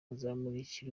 hazamurikwa